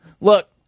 Look